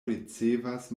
ricevas